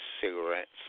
cigarettes